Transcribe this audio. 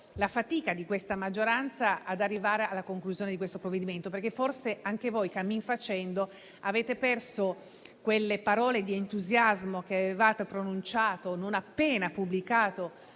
la fatica di questa maggioranza per arrivare alla conclusione del provvedimento in esame, perché forse anche voi, cammin facendo, avete perso le parole di entusiasmo che avevate pronunciato non appena pubblicato